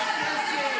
יש כסף.